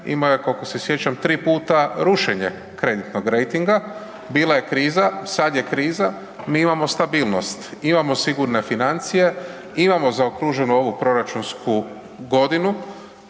imao je koliko se sjećam tri puta rušenje kreditnog rejtinga. Bila je kriza, sada je kriza, mi imamo stabilnost, imamo sigurne financije, imamo zaokruženu ovu proračunsku godinu,